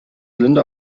linda